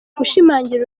gushimangira